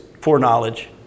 foreknowledge